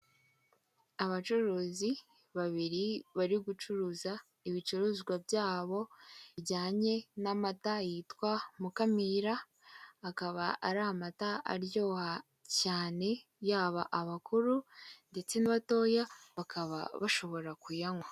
Abacuruzi babiri bari gucuruza ibicuruzwa byabo bijyanye n'amata yitwa Mukamira, akaba ari amata aryoha cyane yaba abakuru ndetse n'abatoya bakaba bashobora kuyanywa.